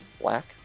black